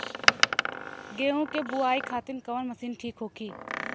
गेहूँ के बुआई खातिन कवन मशीन ठीक होखि?